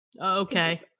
Okay